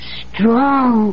strong